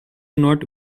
not